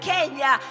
Kenya